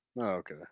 Okay